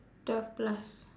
twelve plus